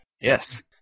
Yes